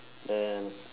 then